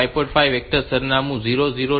5 vector સરનામું 002CH છે 6